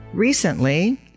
Recently